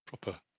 proper